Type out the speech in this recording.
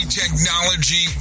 technology